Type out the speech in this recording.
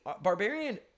Barbarian